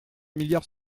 milliards